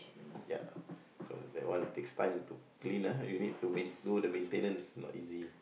ya cause that one takes time to clean ah you need to main do the maintenance not easy